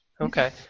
okay